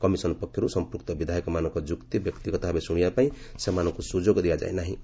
commission ପକ୍ଷରୁ ସଂପୃକ୍ତ ବିଧାୟକମାନଙ୍କ ଯୁକ୍ତି ବ୍ୟକ୍ତିଗତ ଭାବେ ଶୁଶିବା ପାଇଁ ସେମାନଙ୍କୁ ସୁଯୋଗ ଦିଆଯାଇ ନାହିଁ